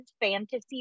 fantasy